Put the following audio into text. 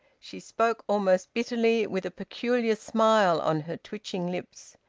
she spoke almost bitterly, with a peculiar smile on her twitching lips.